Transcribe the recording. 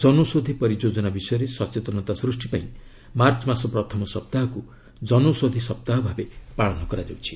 ଜନୌଷଧି ପରିଯୋଜନା ବିଷୟରେ ସଚେତନତା ସୃଷ୍ଟି ପାଇଁ ମାର୍ଚ୍ଚ ମାସ ପ୍ରଥମ ସପ୍ତାହକୁ ଜନୌଷଧି ସପ୍ତାହ ଭାବେ ପାଳନ କରାଯାଉଛି